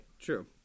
true